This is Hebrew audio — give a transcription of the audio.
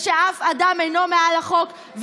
אף אדם אינו מעל החוק,